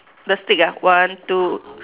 the stick ah one two